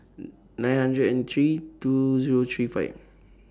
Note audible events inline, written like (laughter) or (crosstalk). (hesitation) nine hundred and three two Zero three five